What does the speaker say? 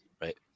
right